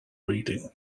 reading